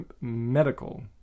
medical